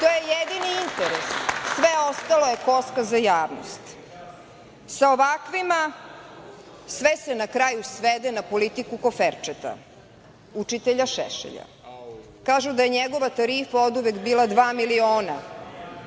to je jedini interes. Sve ostalo je koska za javnost. Sa ovakvima sve se na kraju svede na politiku koferčeta učitelja Šešelja. Kažu da je njegova tarifa oduvek bila dva miliona.